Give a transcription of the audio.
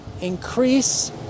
increase